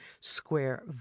square